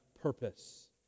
purpose